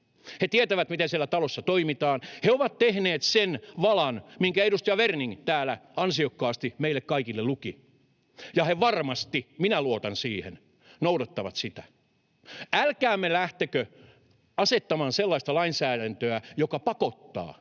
He tietävät, miten siellä talossa toimitaan. He ovat tehneet sen valan, minkä edustaja Werning täällä ansiokkaasti meille kaikille luki. Ja he varmasti — minä luotan siihen — noudattavat sitä. Älkäämme lähtekö asettamaan sellaista lainsäädäntöä, joka pakottaa,